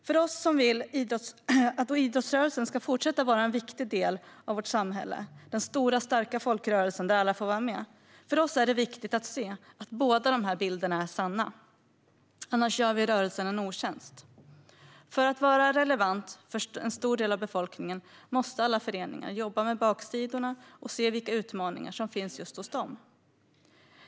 För oss som vill att idrottsrörelsen ska fortsätta att vara en viktig del av vårt samhälle, den stora starka folkrörelsen där alla får vara med, är det viktigt att se att båda dessa bilder är sanna. Annars gör vi rörelsen en otjänst. För att vara relevant för en stor del av befolkningen måste alla föreningar jobba med baksidorna och se vilka utmaningar som finns just hos dem.